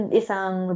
isang